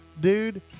Dude